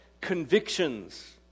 convictions